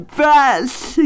best